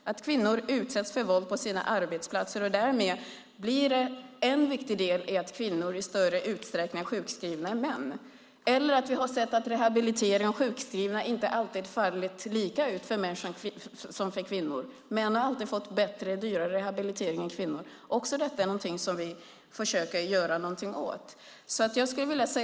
Att kvinnor utsätts för våld på sina arbetsplatser är en viktig del i att kvinnor är mer sjukskrivna än män. Vi har också sett att rehabilitering av sjukskrivna inte alltid fallit lika ut för kvinnor som för män. Män har alltid fått bättre och dyrare rehabilitering än kvinnor. Även detta försöker vi göra något åt.